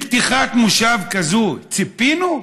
לפתיחת מושב כזו ציפינו?